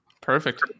Perfect